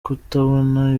kutabona